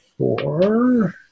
Four